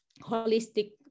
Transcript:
holistic